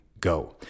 go